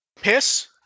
Piss